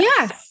Yes